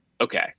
Okay